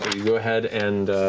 go ahead and,